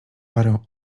parę